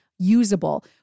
usable